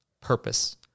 Purpose